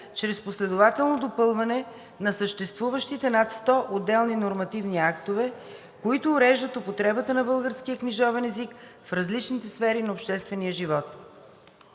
чрез последователно допълване на съществуващите над 100 отделни нормативни актове, които уреждат употребата на българския книжовен език в различните сфери на обществения живот.